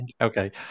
Okay